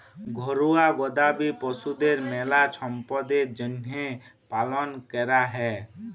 ঘরুয়া গবাদি পশুদের মেলা ছম্পদের জ্যনহে পালন ক্যরা হয়